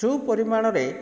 ସୁପରିମାଣରେ